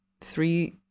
three